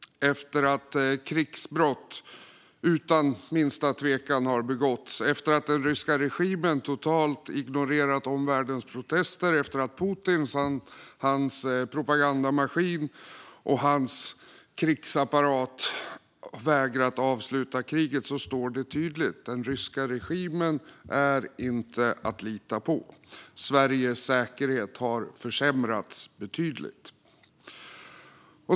Efter att krigsbrott utan minsta tvekan begåtts, efter att den ryska regimen totalt ignorerat omvärldens protester, efter att Putin, hans propagandamaskin och hans krigsapparat vägrat avsluta kriget är det tydligt: Den ryska regimen är inte att lita på. Sveriges säkerhet har försämrats betydligt.